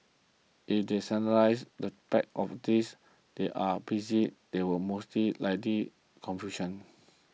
if they standardise the packs of this they are busy there will most likely confusion